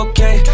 Okay